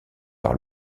par